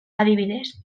adibidez